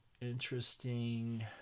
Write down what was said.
interesting